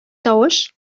тавыш